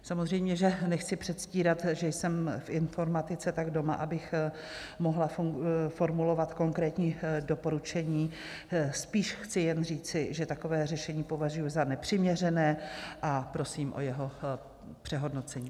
Samozřejmě že nechci předstírat, že jsem v informatice tak doma, abych mohla formulovat konkrétní doporučení, spíše chci jen říci, že takové řešení považuji za nepřiměřené, a prosím o jeho přehodnocení.